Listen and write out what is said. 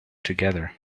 together